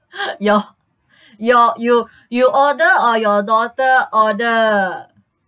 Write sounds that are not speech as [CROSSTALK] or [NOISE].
[LAUGHS] your your you you order or your daughter order